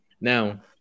Now